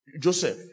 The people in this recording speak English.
Joseph